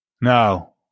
No